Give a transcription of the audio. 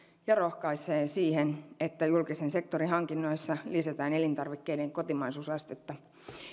ja rohkaisee siihen että julkisen sektorin hankinnoissa lisätään elintarvikkeiden kotimaisuusastetta